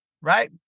right